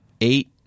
eight